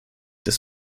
des